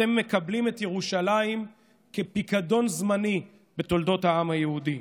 אתם מקבלים את ירושלים כפיקדון זמני בתולדות העם היהודי.